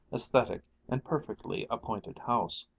aesthetic, and perfectly appointed house.